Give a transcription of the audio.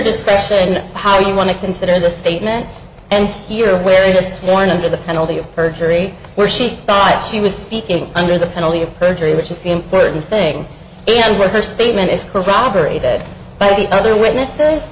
discretion how you want to consider the statement and here where you just warning to the penalty of perjury where she thought she was speaking under the penalty of perjury which is the important thing and her statement is corroborated by the other witnesses